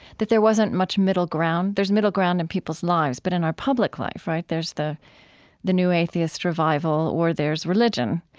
that there wasn't much middle ground. there's middle ground in peoples lives but in our public life, right, there's the the new atheist revival or there's religion.